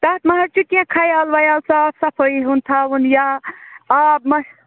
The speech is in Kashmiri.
تَتھ مٔہ حظ چھُ کیٚنٛہہ خیال وَیال صاف صفٲٮٔی ہُنٛد تھاوُن یا آب مٔہ